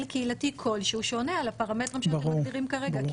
קהילתי כלשהו שעונה על הפרמטרים שאתם מגדירים כרגע.